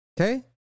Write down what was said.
Okay